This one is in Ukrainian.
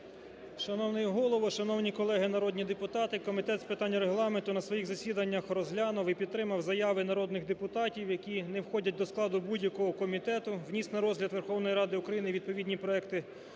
Шановний Голово, шановні колеги народні депутати! Комітет з питань Регламенту на своїх засідання розглянув і підтримав заяви народних депутатів, які не входять до складу будь-якого комітету, вніс на розгляд Верховної Ради відповідні проекти